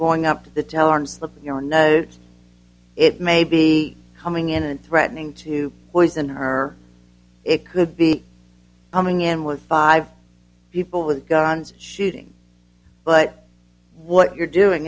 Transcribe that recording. going up to the teller arms the p r no it may be coming in and threatening to poison her it could be coming in with five people with guns shooting but what you're doing